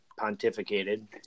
pontificated